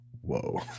whoa